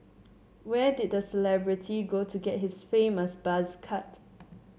where did the celebrity go to get his famous buzz cut